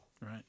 Right